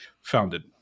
founded